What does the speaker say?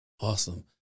Awesome